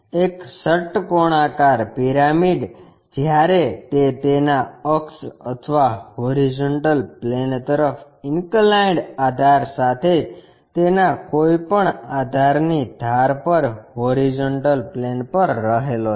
એક ષટ્કોણાકાર પિરામિડ જ્યારે તે તેના અક્ષ અથવા હોરીઝોન્ટલ પ્લેન તરફ ઈન્કલાઇન્ડ આધાર સાથે તેના કોઈ પણ આધારની ધાર પર હોરીઝોન્ટલ પ્લેન પર રહેલો છે